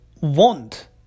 want